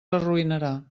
arruïnarà